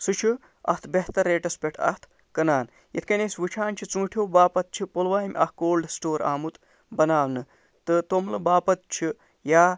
سُہ چھُ اَتھ بہتر ریٹَس پٮ۪ٹھ اَتھ کٕنان یِتھۍ کٔنۍ أسۍ وُچھان چھِ ژوٗنٹھیٛو باپَتھ چھُ پُلوامہِ اکھ کولڈٕ سِٹور آمُت بَناونہٕ تہٕ توٚملہٕ باپَتھ چھُ یا